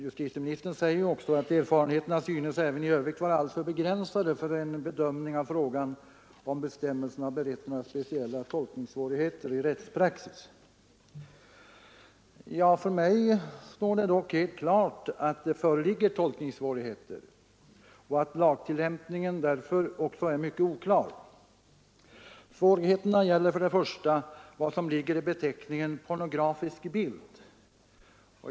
Justitieministern säger också: ”Erfarenheterna synes även i övrigt vara alltför begränsade för en bedömning av frågan om bestämmelsen har berett några speciella tolkningssvårigheter i rättspraxis.” För mig står det dock helt klart att det föreligger tolkningssvårigheter och att lagtillämpningen därför är mycket oklar. Svårigheterna gäller för det första vad som ligger i beteckningen pornografisk bild.